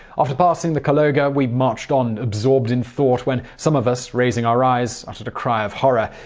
after passing the kologa, we marched on, absorbed in thought, when some of us, raising our eyes, uttered a cry of horror.